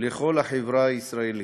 לכל החברה הישראלית,